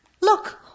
look